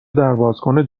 دربازکن